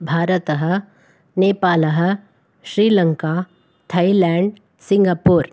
भारतम् नेपालः Sri Lanka Thailand Singapore